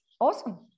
awesome